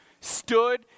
stood